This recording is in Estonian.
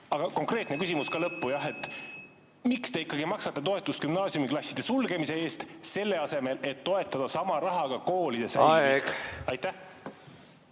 Aeg!